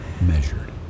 Measured